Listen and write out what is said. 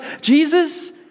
Jesus